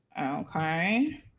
Okay